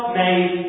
made